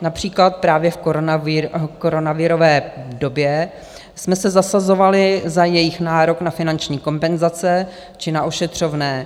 Například právě v koronavirové době jsme se zasazovali za jejich nárok na finanční kompenzace či na ošetřovné.